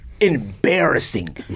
embarrassing